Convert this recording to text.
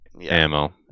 ammo